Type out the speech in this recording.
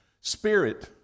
Spirit